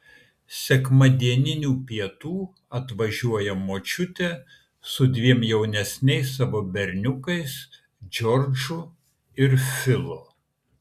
sekmadieninių pietų atvažiuoja močiutė su dviem jaunesniais savo berniukais džordžu ir filu